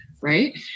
right